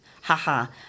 ha-ha